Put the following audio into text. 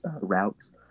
routes